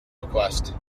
request